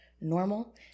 normal